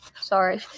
Sorry